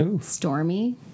Stormy